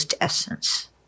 essence